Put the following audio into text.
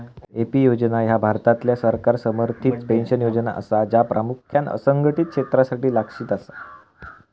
AP योजना ह्या भारतातल्या सरकार समर्थित पेन्शन योजना असा, ज्या प्रामुख्यान असंघटित क्षेत्रासाठी लक्ष्यित असा